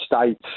states